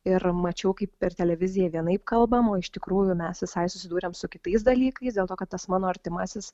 ir mačiau kaip per televiziją vienaip kalbama o iš tikrųjų mes visai susidūrėme su kitais dalykais dėl to kad tas mano artimasis